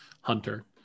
hunter